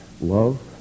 love